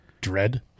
Dread